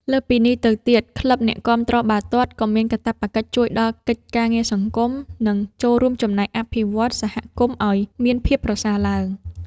លើសពីនេះទៅទៀតក្លឹបអ្នកគាំទ្របាល់ទាត់ក៏មានកាតព្វកិច្ចជួយដល់កិច្ចការងារសង្គម និង ចូលរួមចំណែកអភិវឌ្ឍសហគមន៍ឱ្យមានភាពប្រសើរឡើង។